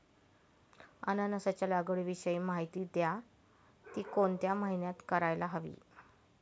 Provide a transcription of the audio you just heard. अननसाच्या लागवडीविषयी माहिती द्या, ति कोणत्या महिन्यात करायला हवी?